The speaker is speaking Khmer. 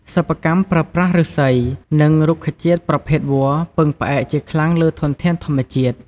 សិប្បកម្មប្រើប្រាស់ឫស្សី និងរុក្ខជាតិប្រភេទវល្លិពឹងផ្អែកជាខ្លាំងលើធនធានធម្មជាតិ។